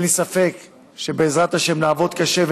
אין לי ספק שבעזרת השם נעבוד קשה,